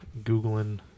Googling